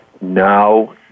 now